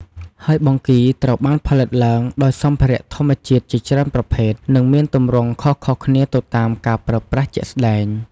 ហើយបង្គីត្រូវបានផលិតឡើងដោយសម្ភារៈធម្មជាតិជាច្រើនប្រភេទ និងមានទម្រង់ខុសៗគ្នាទៅតាមការប្រើប្រាស់ជាក់ស្តែង។